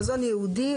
מזון ייעודי,